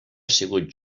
sigut